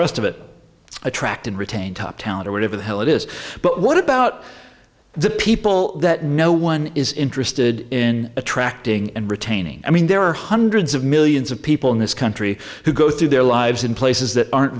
rest of it attract and retain top talent or whatever the hell it is but what about the people that no one is interested in attracting and retaining i mean there are hundreds of millions of people in this country who go through their lives in places that aren't